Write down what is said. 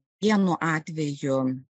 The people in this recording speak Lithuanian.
vienu atveju